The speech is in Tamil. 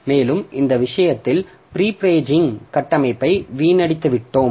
மேலும் இந்த விஷயத்தில் பிரீ பேஜிங் கட்டமைப்பை வீணடித்துவிட்டோம்